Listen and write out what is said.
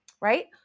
right